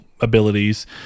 abilities